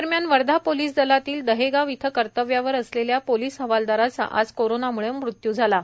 दरम्यान वर्धा पोलिस दलातील दहेगाव इथं कर्तव्यावर असलेल्या पोलिस हवालदाराचे आज कोरोनामुळे मृत्यू झाला आहे